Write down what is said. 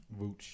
Vooch